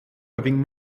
having